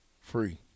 Free